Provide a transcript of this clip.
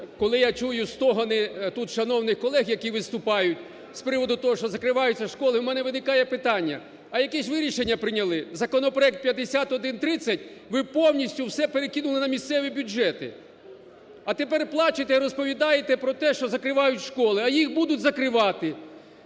коли я чую стогони тут шановних колег, які виступають з приводу того, що закриваються школи. У мене виникає питання, а яке ж ви рішення прийняли? Законопроект 5130 ви повністю все перекинули на місцеві бюджети, а тепер плачете і розповідаєте про те, що закривають школи. А їх будуть закривати,